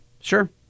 Sure